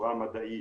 בצורה מדעית.